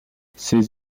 ces